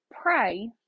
pray